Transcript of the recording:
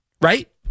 right